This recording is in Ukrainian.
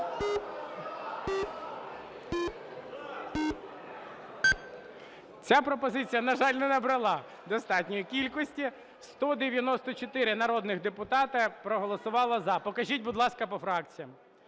Ця пропозиція, на жаль, не набрала достатньої кількості, 194 народних депутати проголосувало "за". Покажіть, будь ласка, по фракціях.